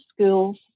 schools